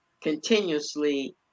continuously